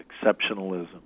exceptionalism